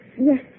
Yes